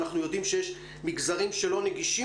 אנחנו יודעים שיש מגזרים שלא נגישים